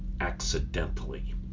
accidentally